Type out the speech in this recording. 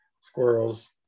squirrels